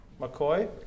McCoy